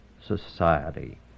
society